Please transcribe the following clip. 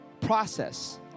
process